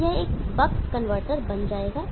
तो यह एक बक कनवर्टर बन जाएगा